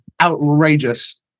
outrageous